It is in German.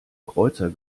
kreuzer